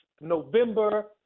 November